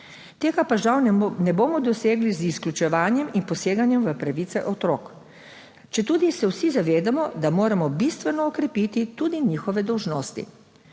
Tega pa žal ne bomo dosegli z izključevanjem in poseganjem v pravice otrok, četudi se vsi zavedamo, da moramo bistveno okrepiti tudi njihove dolžnosti.